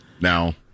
Now